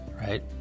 right